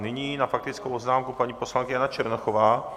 Nyní na faktickou poznámku paní poslankyně Jana Černochová.